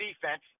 defense